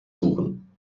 suchen